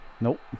Nope